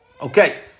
Okay